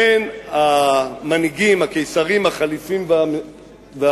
בין המנהיגים, הקיסרים, החליפים והמנהיגים